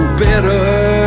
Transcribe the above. better